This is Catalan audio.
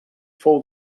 fou